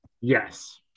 Yes